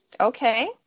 Okay